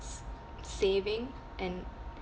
saving and